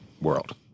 world